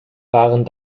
waren